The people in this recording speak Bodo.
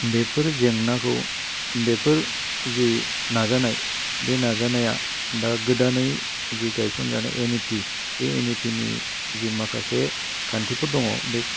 बेफोर जेंनाखौ बेफोर जे नाजानाय बे नाजानाया दा गोदानै जि गायसंजानाय एन इ पि बे एन इ पि नि जि माखासे खान्थिफोर दङ बे